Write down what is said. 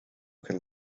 could